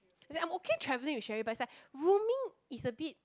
as in I'm okay traveling with Cherry but it's like rooming is a bit